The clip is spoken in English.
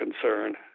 concern